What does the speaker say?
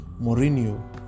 Mourinho